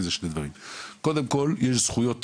קודם כל, יש זכויות